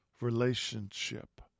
Relationship